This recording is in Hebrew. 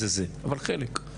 זה, זה, אבל חלק.